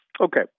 Okay